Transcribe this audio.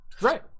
Right